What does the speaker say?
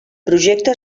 projecte